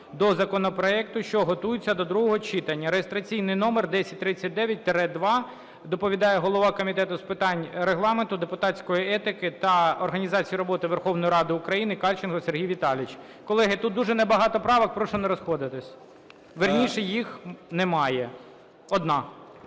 до законопроекту, що готується до другого читання (реєстраційний номер 1039-2). Доповідає голова Комітету з питань Регламенту, депутатської етики та організації роботи Верховної Ради України Кальченко Сергій Віталійович. Колеги, тут дуже небагато правок, прошу не розходитись, вірніше, їх немає, одна.